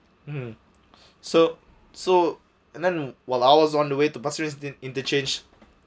mmhmm so so and then while I was on the way to pasir ris in interchange